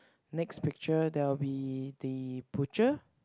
next picture there will be the butcher